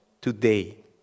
today